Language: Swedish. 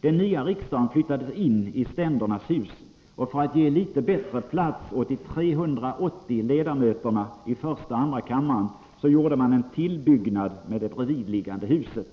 Den nya riksdagen flyttade in i ständernas hus, och för att ge litet bättre plats åt de 380 ledamöterna i första och andra kammaren gjorde man en tillbyggnad med det bredvidliggande huset.